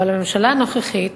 אבל הממשלה הנוכחית